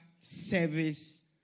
service